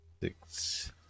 Six